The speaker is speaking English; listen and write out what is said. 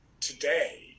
today